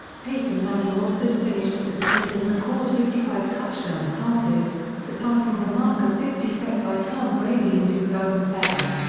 peyton manning also finished with a season record fifty five touchdown passes, surpassing the mark of fifty set by tom brady in two thousand and seven.